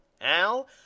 Al